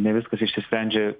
ne viskas išsisprendžia